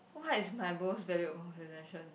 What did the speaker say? what is my most valued possession